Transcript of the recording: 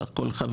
בסך הכול חבר